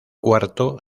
cuarto